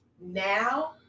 now